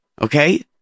okay